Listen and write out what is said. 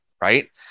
Right